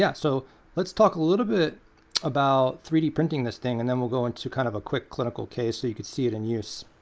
yeah so let's talk a little bit about three d printing this thing, and then we'll go into kind of a quick clinical case so you could see it in use.